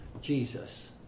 Jesus